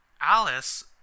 Alice